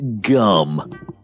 gum